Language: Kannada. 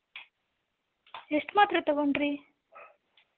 ಎಷ್ಟು ಮಾತ್ರೆ ತೊಗೊಂಡ್ರಿ